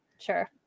Sure